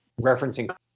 referencing